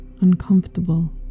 uncomfortable